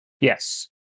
Yes